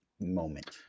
moment